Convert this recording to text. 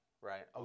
right